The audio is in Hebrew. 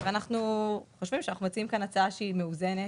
אנחנו חושבים שאנחנו מציעים פה הצעה מאוזנת,